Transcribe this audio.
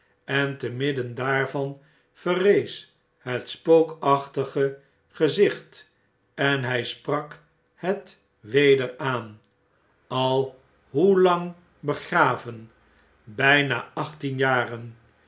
en te midden daarvan verrees het spookachtige gezicht en hy sprak het weder aan al hoelang begraven bijna achttien jaren